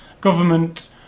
government